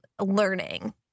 learning